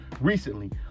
recently